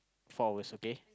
four hours okay